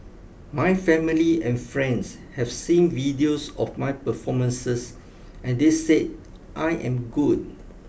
my family and friends have seen videos of my performances and they said I am good